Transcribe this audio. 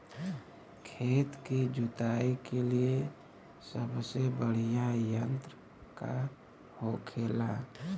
खेत की जुताई के लिए सबसे बढ़ियां यंत्र का होखेला?